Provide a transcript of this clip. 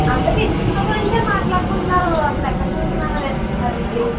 అందరూ ఇతని గురించే మాట్లాడుకుంటున్నారు అస్సలు ఎక్కడ చూసినా వీర సింహారెడ్డి